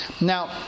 Now